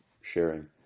sharing